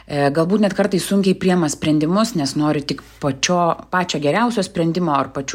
galbūt net kartais sunkiai priima sprendimus nes nori tik pačio geriausio sprendimo ar pačių geriausių